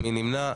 מי נמנע?